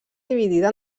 dividida